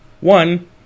One